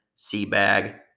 Seabag